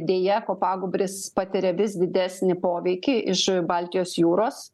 deja kopagūbris patiria vis didesnį poveikį iš baltijos jūros